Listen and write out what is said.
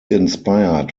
inspired